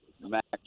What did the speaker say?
Max